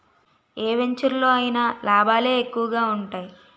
ఏ వెంచెరులో అయినా లాభాలే ఎక్కువగా ఉంటాయి